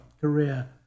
career